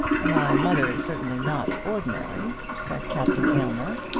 my mother is certainly not ordinary, said captain aylmer.